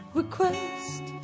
request